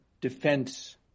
defense